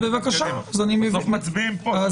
בסוף מצביעים פה.